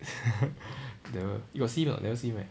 darryl you got see him or not never see him right